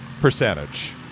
percentage